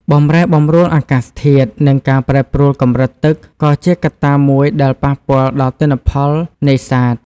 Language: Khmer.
បម្រែបម្រួលអាកាសធាតុ និងការប្រែប្រួលកម្រិតទឹកក៏ជាកត្តាមួយដែលប៉ះពាល់ដល់ទិន្នផលនេសាទ។